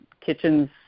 kitchens